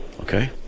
Okay